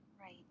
right